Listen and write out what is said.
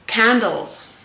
Candles